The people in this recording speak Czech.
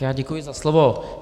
Já děkuji za slovo.